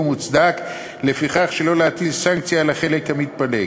ולפיכך מוצדק שלא להטיל סנקציה על החלק המתפלג.